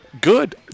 good